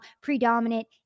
predominant